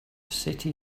city